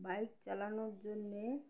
bike চালানোর জন্যে